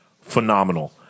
phenomenal